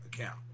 account